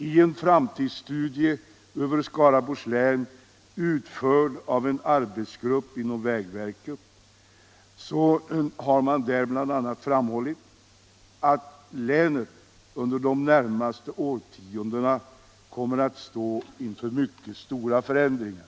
I en framtidsstudie över Skaraborgs län, utförd av en arbetsgrupp inom vägverket, har bl.a. framhållits att länet under de närmaste årtiondena står inför mycket stora förändringar.